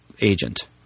agent